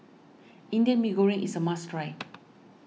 Indian Mee Goreng is a must try